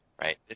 right